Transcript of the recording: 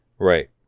right